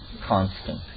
constant